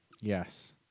Yes